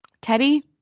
Teddy